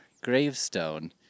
gravestone